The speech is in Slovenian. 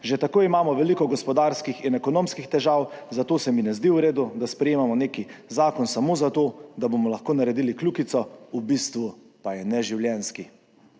Že tako imamo veliko gospodarskih in ekonomskih težav. Zato se mi ne zdi v redu, da sprejemamo nek zakon samo za to, da bomo lahko naredili kljukico, v bistvu pa je neživljenjski.